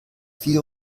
viel